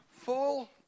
full